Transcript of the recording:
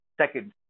second